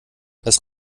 das